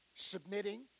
submitting